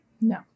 No